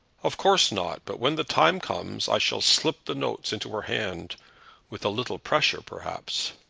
of course not but when the time comes i shall slip the notes into her hand with a little pressure perhaps.